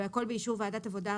והכל באישור ועדת העבודה,